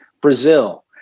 Brazil